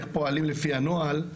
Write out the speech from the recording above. איך פועלים לפי הנוהל,